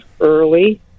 early